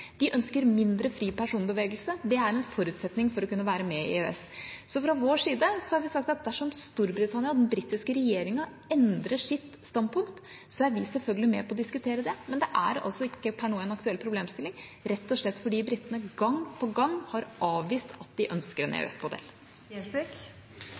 De ønsker mindre fri personbevegelse; det er en forutsetning for å kunne være med i EØS. Så fra vår side har vi sagt at dersom Storbritannia og den britiske regjeringa endrer sitt standpunkt, er vi selvfølgelig med på å diskutere det, men det er altså ikke per nå en aktuell problemstilling, rett og slett fordi britene gang på gang har avvist at de ønsker en